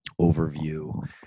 overview